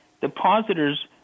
Depositors